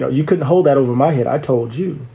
know, you couldn't hold that over my head. i told you,